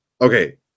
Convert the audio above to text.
okay